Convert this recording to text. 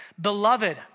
Beloved